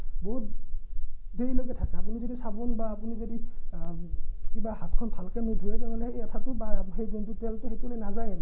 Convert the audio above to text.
বহুত দেৰিলৈকে থাকে আপুনি যদি চাবোন বা আপুনি যদি কিবা হাতখন ভালকৈ নোধোৱে তেনেহ'লে এই এঠাটো বা সেই যোনটো তেলটো সেইটো নাযায়েই মানে